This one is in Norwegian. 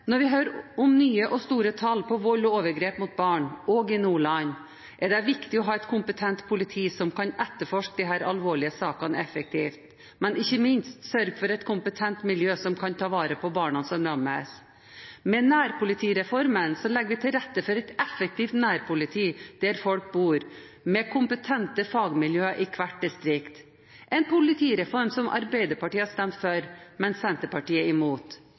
Når vi hører om nye og store tall når det gjelder vold og overgrep mot barn også i Nordland, er det viktig å ha et kompetent politi som kan etterforske disse alvorlige sakene effektivt, men ikke minst sørge for et kompetent miljø som kan ta vare på barna som rammes. Med nærpolitireformen legger vi til rette for et effektivt nærpoliti der folk bor, med kompetente fagmiljøer i hvert distrikt, en politireform som Arbeiderpartiet har stemt for, men Senterpartiet imot.